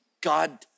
God